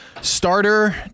starter